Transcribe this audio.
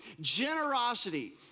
Generosity